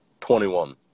twenty-one